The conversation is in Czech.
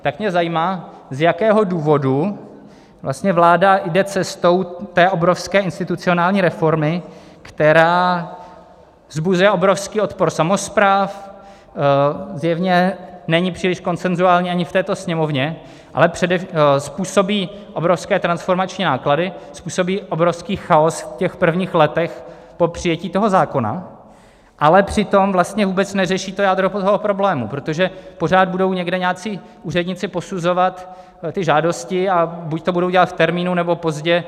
Tak mě zajímá, z jakého důvodu vlastně vláda jde cestou té obrovské institucionální reformy, která vzbuzuje obrovský odpor samospráv, zjevně není příliš konsenzuální ani v této Sněmovně, ale způsobí obrovské transformační náklady, způsobí obrovský chaos v prvních letech od přijetí zákona, ale přitom vlastně neřeší jádro problému, protože pořád budou někde nějací úředníci posuzovat ta žádosti, a buď to budou dělat v termínu, nebo pozdě.